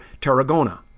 Tarragona